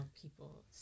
people